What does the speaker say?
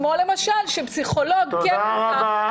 כמו למשל שפסיכולוג כן מותר --- תודה רבה.